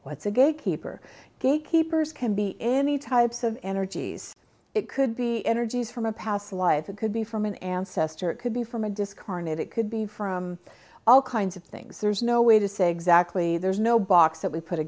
what's a gate keeper gate keepers can be any types of energies it could be energies from a past life it could be from an ancestor it could be from a discarnate it could be from all kinds of things there's no way to say exactly there's no box that we put a